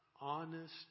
honest